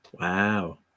Wow